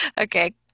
Okay